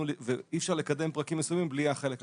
ואי אפשר לקדם פרקים מסוימים בלי החלק הכללי.